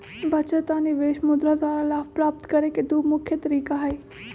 बचत आऽ निवेश मुद्रा द्वारा लाभ प्राप्त करेके दू मुख्य तरीका हई